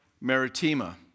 Maritima